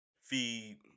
feed